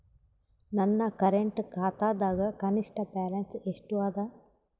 ನನ್ನ ಕರೆಂಟ್ ಖಾತಾದಾಗ ಕನಿಷ್ಠ ಬ್ಯಾಲೆನ್ಸ್ ಎಷ್ಟು ಅದ